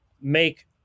make